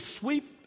sweep